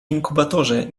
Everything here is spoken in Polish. inkubatorze